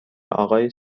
آقای